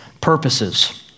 purposes